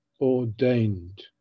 ordained